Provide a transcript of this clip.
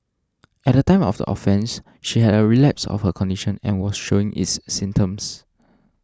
at the time of the offence she had a relapse of her condition and was showing its symptoms